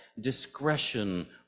Discretion